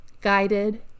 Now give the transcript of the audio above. guided